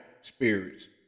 spirits